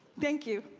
thank you.